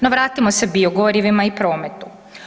No vratimo se biogorivima i prometu.